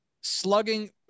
slugging